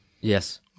Yes